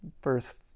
first